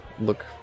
look